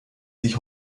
sich